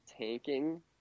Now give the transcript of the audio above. tanking